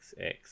XX